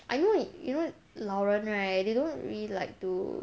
I know you know 老人 right they don't really like to